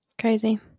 Crazy